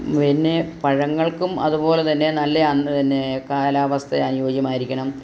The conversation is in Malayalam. പിന്നെ പഴങ്ങൾക്കും അതുപോലെ തന്നെ നല്ല അന്ത കാലാവസ്ഥ അനുയോജ്യമായിരിക്കണം